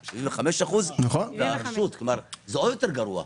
75%. זה עוד יותר גרוע.